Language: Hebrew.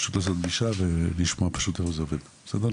פשוט לעשות פגישה ולשמוע פשוט איך זה עובד, בסדר?